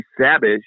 Savage